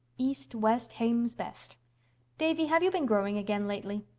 east, west, hame's best davy, have you been growing again lately?